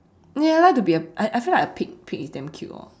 ya I like to be a I I feel like a pig pig is damn cute orh